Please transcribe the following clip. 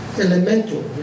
elemental